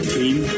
team